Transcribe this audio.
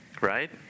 Right